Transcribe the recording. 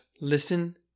listen